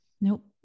Nope